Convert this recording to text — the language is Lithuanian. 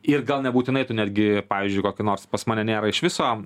ir gal nebūtinai tu netgi pavyzdžiui kokį nors pas mane nėra iš viso